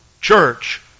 church